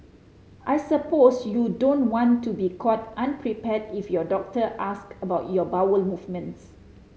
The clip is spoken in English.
I suppose you don't want to be caught unprepared if your doctor asks about your bowel movements